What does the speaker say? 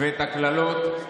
את הקללות,